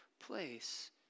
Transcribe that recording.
place